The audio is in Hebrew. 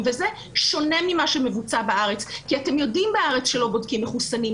וזה שונה ממה שמבוצע בארץ כי אתם יודעים שבארץ לא בודקים מחוסנים.